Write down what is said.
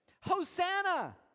Hosanna